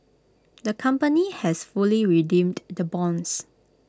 the company has fully redeemed the bonds